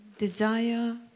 desire